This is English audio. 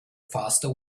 faster